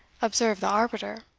observed the arbiter.